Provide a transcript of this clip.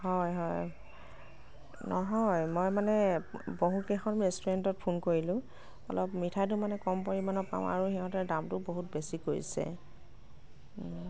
হয় হয় নহয় মই মানে বহু কেইখন ৰেষ্টুৰেণ্টত ফোন কৰিলোঁ অলপ মিঠাইটো মানে কম পৰিমাণৰ পাম আৰু সিহঁতে দামটো বহুত বেছি কৰিছে